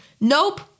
Nope